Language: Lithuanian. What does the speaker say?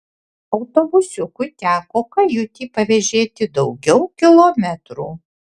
autobusiukui teko kajutį pavėžėti daugiau kilometrų